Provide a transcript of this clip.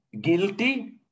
guilty